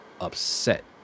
upset